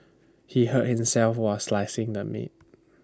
he hurt himself while slicing the meat